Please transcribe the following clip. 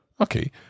Okay